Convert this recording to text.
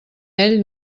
ell